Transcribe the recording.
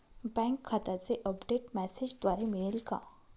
Bank खात्याचे update मेसेजद्वारे मिळेल का?